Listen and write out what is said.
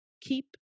keep